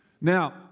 Now